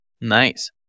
Nice